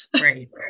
Right